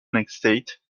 estate